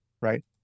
right